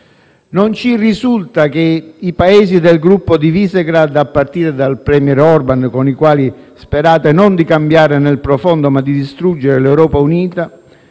Non ci risulta che i Paesi del Gruppo di Visegrád - a partire dal premier Orbán, con i quali sperate non di cambiare nel profondo, ma di distruggere l'Europa unita